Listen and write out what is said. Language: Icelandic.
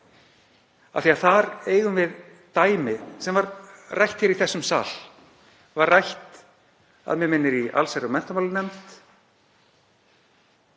af því að þar eigum við dæmi sem var rætt í þessum sal, var rætt, að mig minnir, í allsherjar- og menntamálanefnd